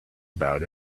about